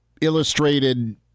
illustrated